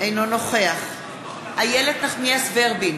אינו נוכח איילת נחמיאס ורבין,